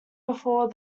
before